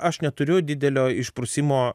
aš neturiu didelio išprusimo